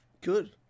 Good